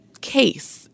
case